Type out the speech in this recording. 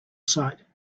sight